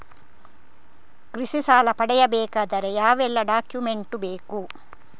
ಕೃಷಿ ಸಾಲ ಪಡೆಯಬೇಕಾದರೆ ಯಾವೆಲ್ಲ ಡಾಕ್ಯುಮೆಂಟ್ ಬೇಕು?